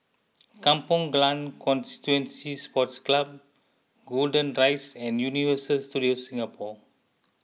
Kampong Glam Constituency Sports Club Golden Rise and Universal Studios Singapore